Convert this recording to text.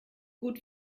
gut